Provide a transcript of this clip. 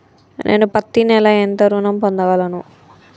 నేను పత్తి నెల ఎంత ఋణం పొందగలను?